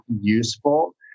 useful